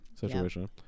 Situation